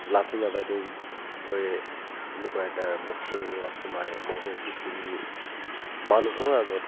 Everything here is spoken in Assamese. লাভলীনা বাইদেউ দৰে তেনেকুৱা এটা বক্সিঙত সোমাই ময়ো পৃথিৱী মানুহৰ আগত